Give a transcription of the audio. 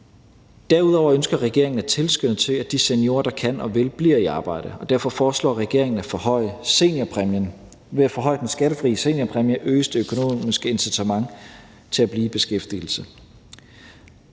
Derudover ønsker regeringen at tilskynde til, at de seniorer, der kan og vil, bliver i arbejde, og derfor foreslår regeringen at forhøje seniorpræmien. Ved at forhøje den skattefri seniorpræmie øges det økonomiske incitament til at blive i beskæftigelse.